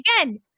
again